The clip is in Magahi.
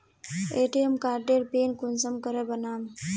ए.टी.एम कार्डेर पिन कुंसम के बनाम?